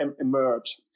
emerge